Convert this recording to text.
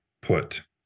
put